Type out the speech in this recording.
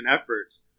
efforts